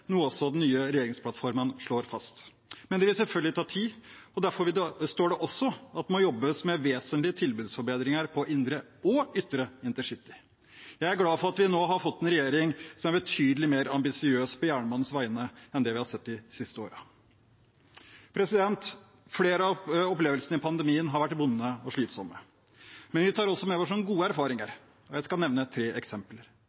noe også den nye regjeringsplattformen slår fast. Men det vil selvfølgelig ta tid, og derfor står det også at det må «jobbes med vesentlige tilbudsforbedringer på indre og ytre InterCity». Jeg er glad for at vi nå har fått en regjering som er betydelig mer ambisiøs på jernbanens vegne enn det vi har sett de siste årene. Flere av opplevelsene i pandemien har vært vonde og slitsomme. Men vi tar også med oss noen gode